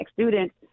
students